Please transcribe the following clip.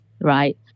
right